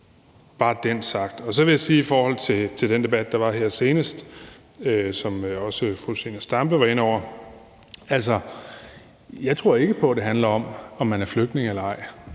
få det sagt. Så vil jeg sige i forhold til den debat, der var her senest, og som også fru Zenia Stampe var inde over: Jeg tror ikke på, det handler om, om man er flygtning eller ej.